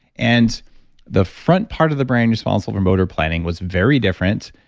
and the front part of the brain responsible for motor planning was very different.